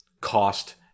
cost